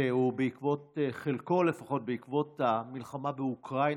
שחלקו לפחות בעקבות המלחמה באוקראינה,